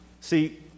See